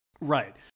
Right